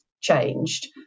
changed